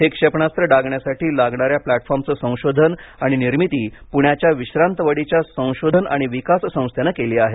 हे क्षेपणास्त्र डागण्यासाठी लागणाऱ्या प्लॅटफॉर्मच संशोधन आणि निर्मिती पुण्याच्या विश्रांत वाडीच्या संशोधन आणि विकास संस्थेनं केली आहे